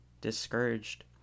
discouraged